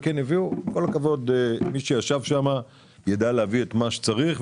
עם כל הכבוד, מי שישב שם יידע להביא את מה שצריך.